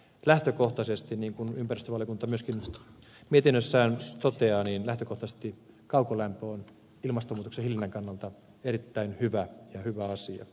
lähtökohtaisesti niin kuin ympäristövaliokunta myöskin mietinnössään toteaa kaukolämpö on ilmastonmuutoksen hillinnän kannalta erittäin hyvä asia